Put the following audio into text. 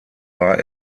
war